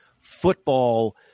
football